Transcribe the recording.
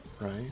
Right